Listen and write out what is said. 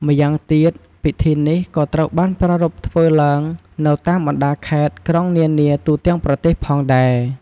ម៉្យាងទៀតពិធីនេះក៏ត្រូវបានប្រារព្ធធ្វើឡើងនៅតាមបណ្ដាខេត្ត-ក្រុងនានាទូទាំងប្រទេសផងដែរ។